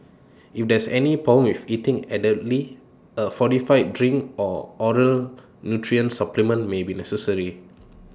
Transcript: if there is any problem with eating adequately A fortified drink or oral nutrition supplement may be necessary